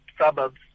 suburbs